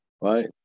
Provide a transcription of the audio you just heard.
Right